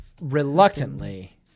reluctantly